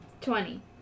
Twenty